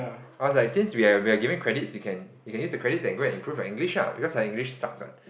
I was like since we're we're giving credits you can you can use the credits and go and improve your English ah because her English sucks what